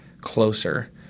closer